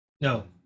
No